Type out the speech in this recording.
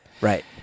right